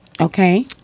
Okay